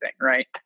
Right